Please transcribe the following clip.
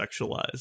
sexualized